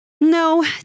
No